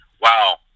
wow